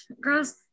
girls